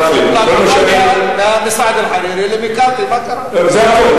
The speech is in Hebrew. ואליד ג'ונבלאט, מסעד אל-חרירי למיקאתי, מה קרה?